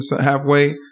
halfway